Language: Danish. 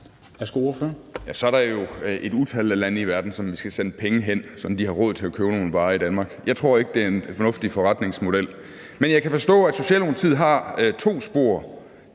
Ole Birk Olesen (LA): Så er der jo et utal af lande i verden, som vi skal sende penge til, sådan at de har råd til at købe nogle varer i Danmark. Jeg tror ikke, det er en fornuftig forretningsmodel. Men jeg kan forstå, at Socialdemokratiet har to spor.